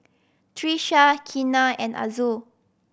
Trisha Keena and Azul